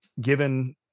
given